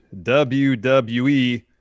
WWE